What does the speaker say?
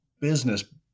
business